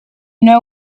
know